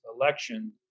election